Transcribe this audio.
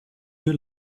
you